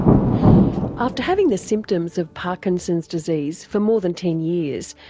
after having the symptoms of parkinson's disease for more than ten years,